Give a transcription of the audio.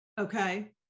Okay